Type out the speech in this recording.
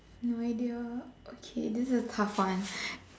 no idea okay this is a tough one